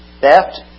theft